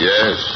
Yes